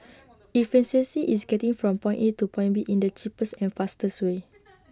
efficiency is getting from point A to point B in the cheapest and fastest way